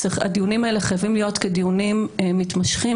הדיונים האלה חייבים להיות דיונים מתמשכים